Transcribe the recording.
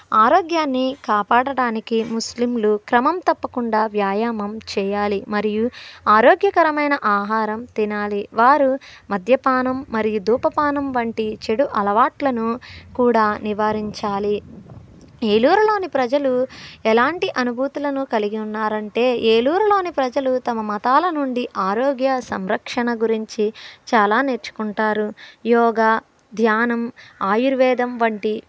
ఆరోగ్యాన్ని కాపాడటానికి ముస్లింలు క్రమం తప్పకుండా వ్యాయామం చేయాలి మరియు ఆరోగ్యకరమైన ఆహారం తినాలి వారు మద్యపానం మరియు ధూమపానం వంటి చెడు అలవాట్లను కూడా నివారించాలి ఏలూరులోని ప్రజలు ఎలాంటి అనుభూతులను కలిగి ఉన్నారంటే ఏలూరులోని ప్రజలు తమ మతాల నుండి ఆరోగ్య సంరక్షణ గురించి చాలా నేర్చుకుంటారు యోగా ధ్యానం ఆయుర్వేదం వంటి